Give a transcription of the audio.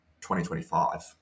2025